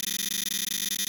יוצרם.